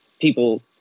people